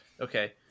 okay